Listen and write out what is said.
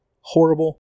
horrible